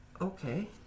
Okay